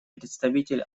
представитель